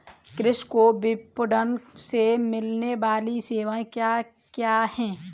कृषि को विपणन से मिलने वाली सेवाएँ क्या क्या है